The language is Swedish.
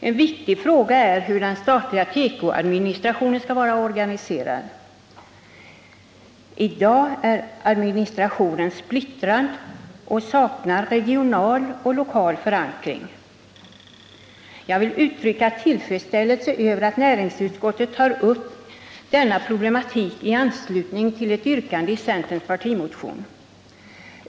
En viktig fråga är hur den statliga tekoadministrationen skall vara organiserad. Administrationen är i dag splittrad och saknar regional och lokal förankring. Jag vill uttrycka tillfredsställelse över att näringsutskottet tar upp denna problematik i anslutning till ett yrkande i centerns partimotion.